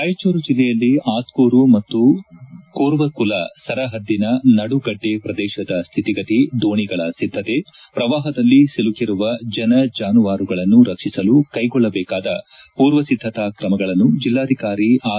ರಾಯಜೂರು ಜಿಲ್ಲೆಯಲ್ಲಿ ಆತ್ಕೂರು ಮತ್ತು ಕೂರ್ವಕುಲ ಸರಹದ್ದಿನ ನಡುಗಡ್ಡೆ ಪ್ರದೇಶದ ಸ್ಥಿತಿಗತಿ ದೋಣಿಗಳ ಸದ್ಧಕೆ ಪ್ರವಾಪದಲ್ಲಿ ಸಿಲುಕಿರುವ ಜನಜಾನುವಾರಗಳನ್ನು ರಕ್ಷಿಸಲು ಕೈಗೊಳ್ಳಬೇಕಾದ ಪೂರ್ವಸಿದ್ದತಾ ಕ್ರಮಗಳನ್ನು ಜಿಲ್ಲಾಧಿಕಾರಿ ಆರ್